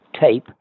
tape